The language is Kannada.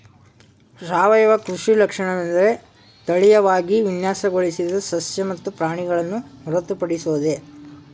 ಸಾವಯವ ಕೃಷಿ ಲಕ್ಷಣವೆಂದರೆ ತಳೀಯವಾಗಿ ವಿನ್ಯಾಸಗೊಳಿಸಿದ ಸಸ್ಯ ಮತ್ತು ಪ್ರಾಣಿಗಳನ್ನು ಹೊರತುಪಡಿಸೋದು